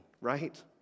right